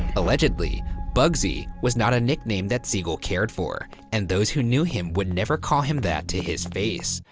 allegedly, bugsy was not a nickname that siegel cared for, and those who knew him would never call him that to his face.